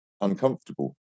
uncomfortable